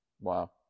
Wow